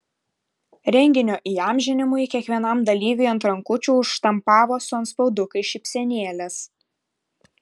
renginio įamžinimui kiekvienam dalyviui ant rankučių užštampavo su antspaudukais šypsenėles